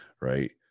right